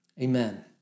Amen